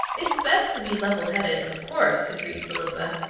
it's best to be levelheaded, of course, agreed philippa,